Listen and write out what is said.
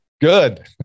Good